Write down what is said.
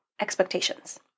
expectations